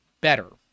better